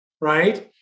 right